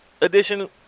edition